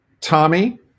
Tommy